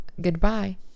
Goodbye